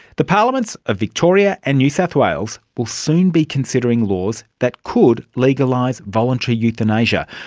the parliaments of victoria and new south wales will soon be considering laws that could legalise voluntary euthanasia.